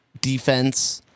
defense